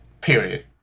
period